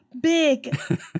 big